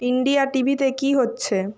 India টিভিতে কী হচ্ছে